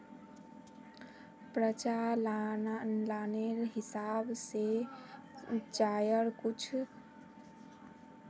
प्रचालानेर हिसाब से चायर कुछु ज़रूरी भेद बत्लाल जाहा